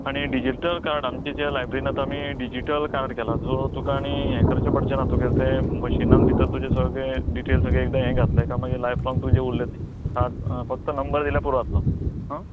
आनी digital card आमच्या ज्या लायब्ररीन आतां आमी डिजीटल कार्ड केलां सो तुका आनी हें करचें पडचेंना तुगेलें तें मशीनान भितर तुजें सगलें डिटेल सगलें हें घातलें कांय मागीर लायफ लाँग तुजें उरलें तें आत फक्त नंबर दिल्यार पुरो जातलो हां